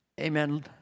Amen